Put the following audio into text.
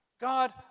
God